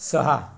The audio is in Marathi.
सहा